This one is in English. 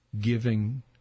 giving